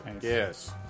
yes